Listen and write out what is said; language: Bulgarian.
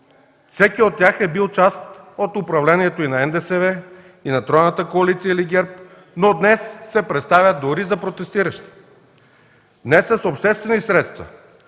Всеки от тях е бил част от управлението и на НДСВ, и на тройната коалиция или ГЕРБ, но днес се представят дори за протестиращи. Днес с обществени средства